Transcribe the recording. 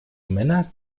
männer